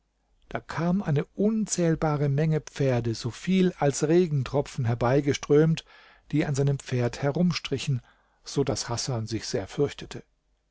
da kam eine unzählbare menge pferde so viel als regentropfen herbeigeströmt die an seinem pferd herumstrichen so daß hasan sich sehr fürchtete